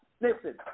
Listen